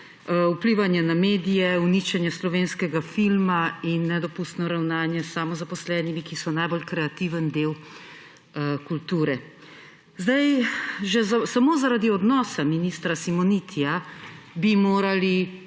vplivanje na medije, uničenje slovenskega filma in nedopustno ravnanje s samozaposlenimi, ki so najbolj kreativen del kulture. Že samo zaradi odnosa ministra Simonitija bi morali